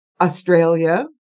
Australia